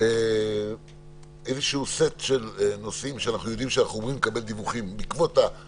דיונים שלא אמורים להידחות הם